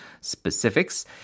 specifics